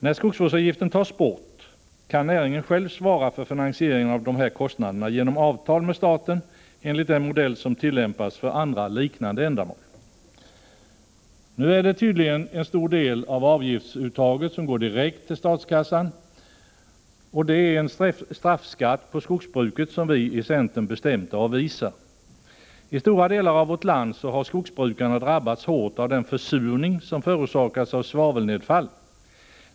När skogsvårdsavgiften tas bort kan näringen själv svara för finansieringen av dessa kostnader genom avtal med staten enligt den modell som tillämpas för andra liknande ändamål. Nu är det tydligen en stor del av avgiftsuttaget som går direkt till statskassan. Det innebär en straffskatt på skogsbruket som vi i centern bestämt avvisar. I stora delar av vårt land har skogsbrukarna drabbats hårt av den försurning som förorsakats av svavelnedfall.